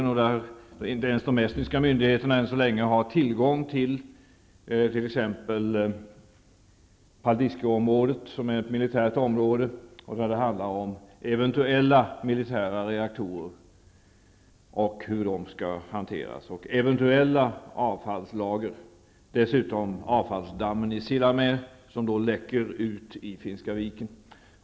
Inte ens de estniska myndigheterna har än så länge tillgång till Dessutom finns avfallsdammen i Sillamäe, där avfall läcker ut i Finska viken.